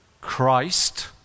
Christ